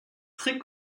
très